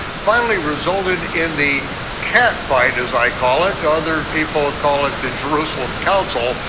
finally resulted in the cat fight as i call it, other people ah call it the jerusalem council,